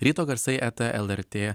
ryto garsai eta lrt